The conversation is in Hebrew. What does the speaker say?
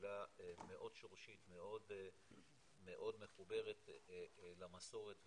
קהילה מאוד שורשית, מאוד מחוברת למסורת ולדת.